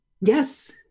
Yes